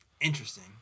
Interesting